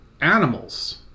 Animals